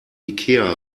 ikea